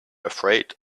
afraid